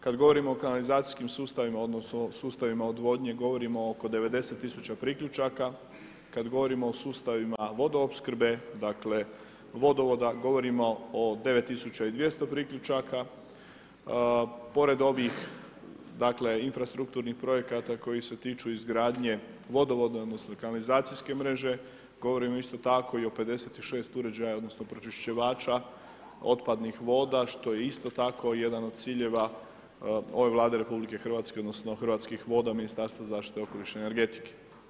Kad govorimo o kanalizacijskim sustavima odnosno ustavima odvodnje, govorimo oko 90 000 priključaka, kad govorimo o sustavima vodoopskrbe vodovoda govorimo o 9 200 priključaka, pored ovih infrastrukturnih projekata koji se tiču izgradnje vodovoda odnosno kanalizacijske mreže, govorimo isto tako i o 56 uređaja odnosno pročišćivača otpadnih voda otpadnih voda što je isto tako jedan ciljeva ove Vlade RH odnosno Hrvatskih voda i Ministarstva zaštite okoliša i energetike.